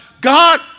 God